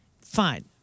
fine